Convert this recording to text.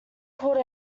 caught